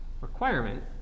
Requirement